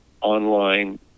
online